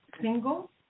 single